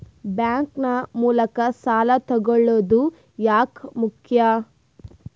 Bank ನ ಮೂಲಕ ಸಾಲ ತಗೊಳ್ಳೋದು ಯಾಕ ಮುಖ್ಯ?